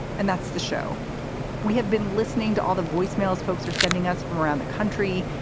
and that's the show we have been listening to, all the voicemails folks are sending us from around the country.